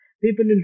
people